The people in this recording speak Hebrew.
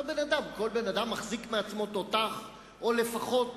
כל בן-אדם מחזיק מעצמו תותח, או לפחות